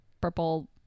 purple